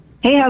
Hey